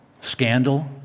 scandal